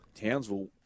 Townsville